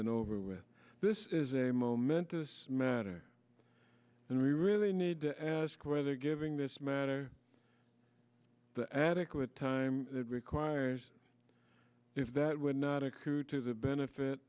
and over with this is a momentous matter and we really need to ask whether giving this matter the adequate time it requires if that would not accrue to the benefit